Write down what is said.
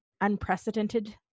unprecedented